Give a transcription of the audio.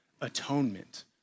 atonement